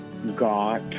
Got